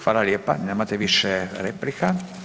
Hvala lijepa, nemate više replika.